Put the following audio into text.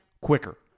quicker